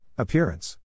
Appearance